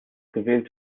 gewählt